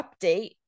update